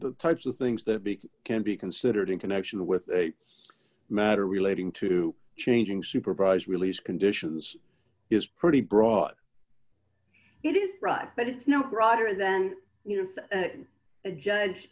the types of things that big can be considered in connection with a matter relating to changing supervised release conditions is pretty broad it is broad but it's no broader than you know a judge